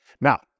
Now